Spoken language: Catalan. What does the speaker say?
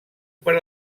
per